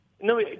No